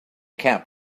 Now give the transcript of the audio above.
camp